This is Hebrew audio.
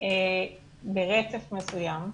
ברצף מסוים,